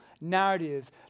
narrative